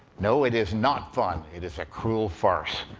no, it is not fun. it is a cruel farce.